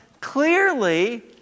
clearly